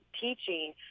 teaching